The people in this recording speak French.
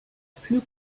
plus